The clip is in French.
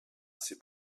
ces